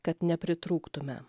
kad nepritrūktume